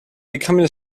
becoming